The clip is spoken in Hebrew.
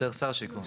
יותר שר השיכון.